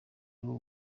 rwo